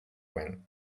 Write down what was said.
win